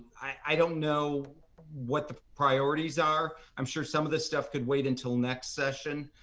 i don't know what the priorities are. i'm sure some of the stuff could wait until next session.